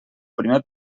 primer